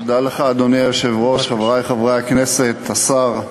אדוני היושב-ראש, תודה לך, חברי חברי הכנסת, השר,